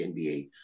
NBA